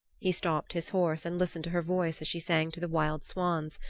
he stopped his horse and listened to her voice as she sang to the wild swans,